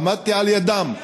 עמדתי על-ידם,